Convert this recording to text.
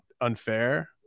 unfair